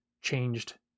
changed